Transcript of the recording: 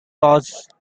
loose